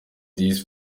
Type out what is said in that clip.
this